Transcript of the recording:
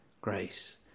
Grace